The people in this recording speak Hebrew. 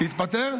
להתפטר?